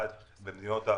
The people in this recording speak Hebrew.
המדינות?